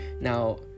Now